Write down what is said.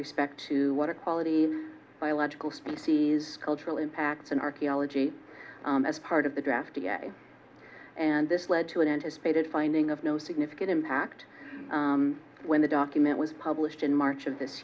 respect to water quality biological species cultural impacts and archaeology as part of the draft today and this led to an anticipated finding of no significant impact when the document was published in march of this